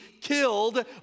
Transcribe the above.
killed